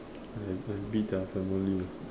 I I'm with uh family ah